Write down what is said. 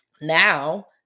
now